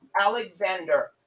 Alexander